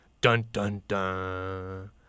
Dun-dun-dun